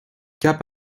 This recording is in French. cap